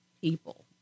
people